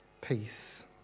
peace